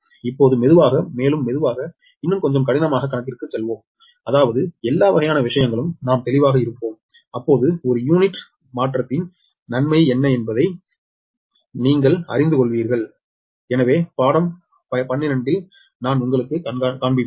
இப்போது மெதுவாக மேலும் மெதுவாக இன்னும் கொஞ்சம் கடினமான கணக்கிற்குச் செல்வோம் அதாவது எல்லா வகையான விஷயங்களும் நாம் தெளிவாக இருப்போம் அப்போது ஒரு யூனிட் மாற்றத்தின் நன்மை என்ன என்பதை நீங்கள் அறிந்து கொள்வீர்கள் எனவே படம் 12 நான் உங்களுக்குக் காண்பிப்பேன்